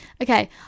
okay